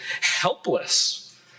helpless